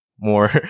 more